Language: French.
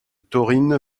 taurine